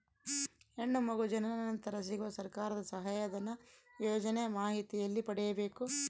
ಹೆಣ್ಣು ಮಗು ಜನನ ನಂತರ ಸಿಗುವ ಸರ್ಕಾರದ ಸಹಾಯಧನ ಯೋಜನೆ ಮಾಹಿತಿ ಎಲ್ಲಿ ಪಡೆಯಬೇಕು?